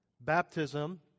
baptism